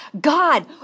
God